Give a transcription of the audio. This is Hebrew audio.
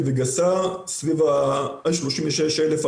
כ-40,000-36,000.